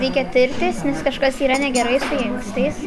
reikia tirtis nes kažkas yra negerai su inkstais